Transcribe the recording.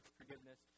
forgiveness